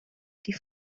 die